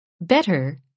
better